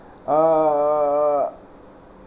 err